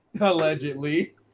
Allegedly